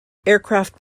aircraft